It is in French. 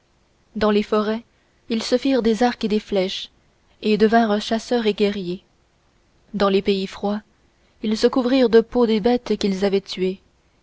dans les forêts ils se firent des arcs et des flèches et devinrent chasseurs et guerriers dans les pays froids ils se couvrirent des peaux des bêtes qu'ils avaient tuées